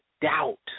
doubt